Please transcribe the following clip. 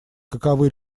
каковы